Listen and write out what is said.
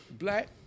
Black